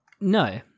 No